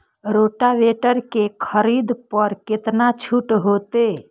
Rotavator के खरीद पर केतना छूट होते?